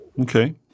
Okay